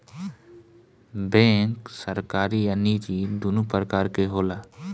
bank सरकारी आ निजी दुनु प्रकार के होला